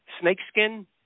snakeskin